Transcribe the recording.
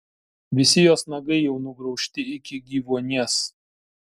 visi jos nagai jau nugraužti iki gyvuonies